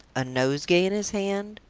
a nosegay in his hand?